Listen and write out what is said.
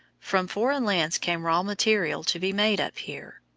from foreign lands came raw material to be made up here.